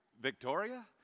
Victoria